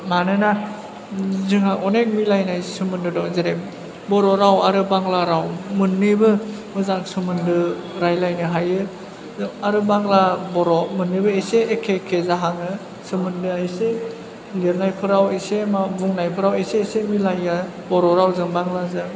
मानोना जोंहा अनेक मिलायनाय सोमोन्दो दङ जेरै बर' राव आरो बांला राव मोननैबो मोजां सोमोन्दो रायलायनो हायो आरो बांला बर' मोननैबो एसे एखे एखे जाहाङो सोमोन्दोआ एसे लिरनायफोराव एसे बुंनायफोराव एसे एसे मिलायो बर' रावजों बांलाजों